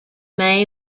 may